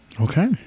Okay